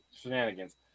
shenanigans